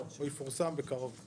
לא, הוא יפורסם בקרוב.